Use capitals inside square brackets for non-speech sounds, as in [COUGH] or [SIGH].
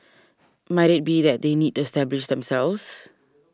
[NOISE] might it be that they need to establish themselves